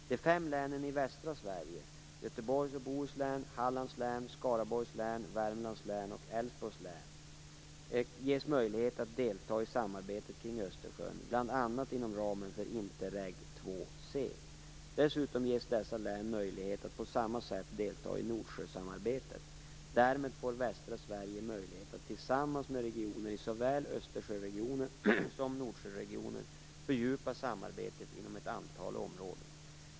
De fem länen i västra Sverige, Göteborgs och Bohus län, Hallands län, Skaraborgs län, Värmlands län och Älvsborgs län, ges möjlighet att delta i samarbetet kring Östersjön, bl.a. inom ramen för Interreg II c. Dessutom ges dessa län möjlighet att på samma sätt delta i Nordsjösamarbetet. Därmed får västra Sverige möjlighet att tillsammans med regioner i såväl Östersjöregionen som i Nordsjöregionen fördjupa samarbetet inom ett antal områden.